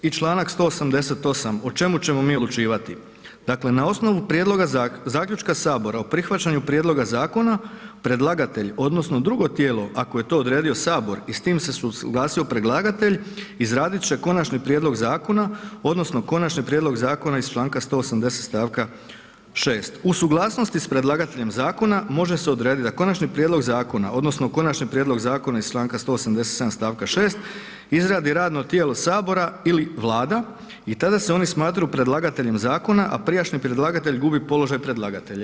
I Članak 188. o čemu ćemo mi odlučivati, dakle: „Na osnovu prijedloga zaključka sabora o prihvaćanju prijedloga zakona, predlagatelj odnosno drugo tijelo, ako je to odredio sabor i s tim se suglasio predlagatelj izradit će konačni prijedlog zakona odnosno konačni prijedlog zakona iz Članka 180. stavka 6. U suglasnosti s predlagateljem zakona može se odrediti da konačni prijedlog zakona odnosno konačni prijedlog zakona iz Članka 187. stavka 6. izradi radno tijelo sabora ili vlada i tada se oni smatraju predlagateljem zakona, a prijašnji predlagatelj gubi položaj predlagatelja.